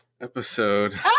episode